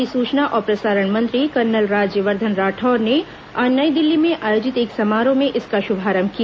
केंद्रीय सुचना और प्रसारण मंत्री कर्नल राज्यवर्धन राठौड़ ने आज नई दिल्ली में आयोजित एक समारोह में इसका शुभारंभ किया